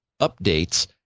updates